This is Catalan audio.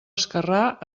esquerrà